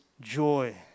joy